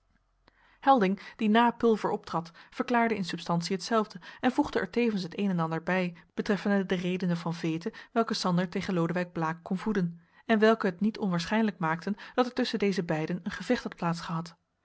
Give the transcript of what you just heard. helding die na pulver optrad verklaarde in substantie hetzelfde en voegde er tevens het een en ander bij betreffende de redenen van veete welke sander tegen lodewijk blaek kon voeden en welke het niet onwaarschijnlijk maakten dat er tusschen deze beiden een gevecht had